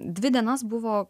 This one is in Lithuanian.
dvi dienas buvo